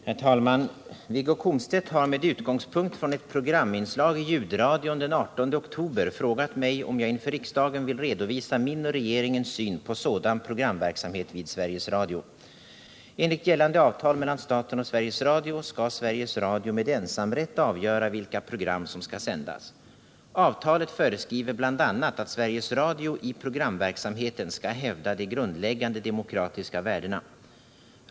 Herr talman! Wiggo Komstedt har med utgångspunkt från ett programinslag i ljudradion den 18 oktober frågat mig om jag inför riksdagen vill redovisa min och regeringens syn på sådan programverksamhet vid Sveriges Radio. Enligt gällande avtal mellan staten och Sveriges Radio skall Sveriges Radio med ensamrätt avgöra vilka program som skall sändas. Avtalet föreskriver bl.a. att Sveriges Radio i programverksamheten skall hävda de grundläggande demokratiska värdena.